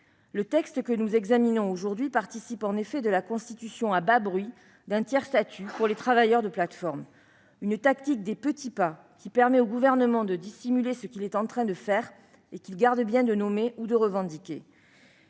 Le texte que nous examinons aujourd'hui participe en effet de la constitution à bas bruit d'un tiers-statut pour les travailleurs de plateformes. Cette tactique des petits pas permet au Gouvernement de dissimuler ce qu'il est en train de faire, et qu'il se garde bien de nommer ou de revendiquer.